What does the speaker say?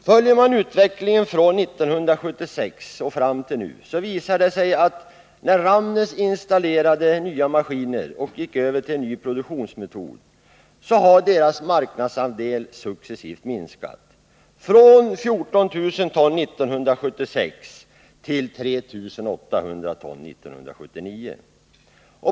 Följer man utvecklingen från 1976 fram till nu, så visar det sig att när Ramnäs installerade nya maskiner och gick över till en ny produktionsmetod, minskade dess marknadsandel successivt — från 14 000 ton 1976 till 3 800 ton 1979.